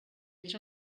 ells